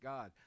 God